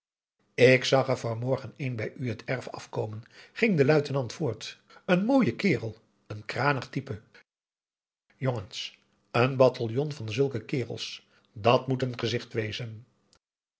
ik zag er van morgen één bij u het erf afkomen ging de luitenant voort n mooie kerel een kranig type jongens n bataljon van zulke kerels dat moet n gezicht wezen